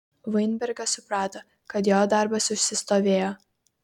vainbergas suprato kad jo darbas užsistovėjo